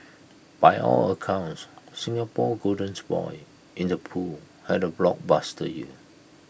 by all accounts Singapore's golden boy in the pool had A blockbuster year